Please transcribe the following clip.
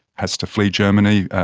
has to flee germany,